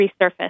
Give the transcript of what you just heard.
resurface